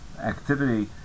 activity